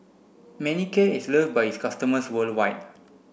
Manicare is love by its customers worldwide